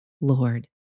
Lord